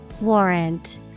Warrant